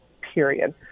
period